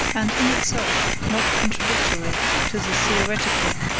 and in itself not contradictory to the theoretical,